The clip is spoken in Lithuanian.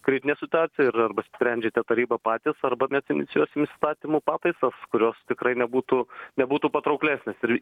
kritinė situacija ir arba sprendžiate taryba patys arba mes inicijuosim įstatymų pataisas kurios tikrai nebūtų nebūtų patrauklesnės ir